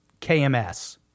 KMS